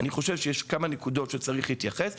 אני חושב שיש כמה נקודות שצריך להתייחס אליהן.